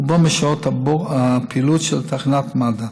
רובם בשעות הפעילות של תחנת מד"א.